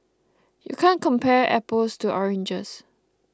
you can't compare apples to oranges